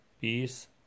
peace